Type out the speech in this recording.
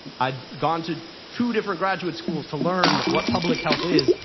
i'd gone to to different graduate schools to learn what public health is.